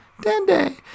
Dende